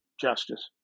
justice